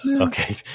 Okay